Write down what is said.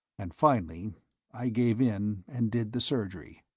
and finally i gave in, and did the surgery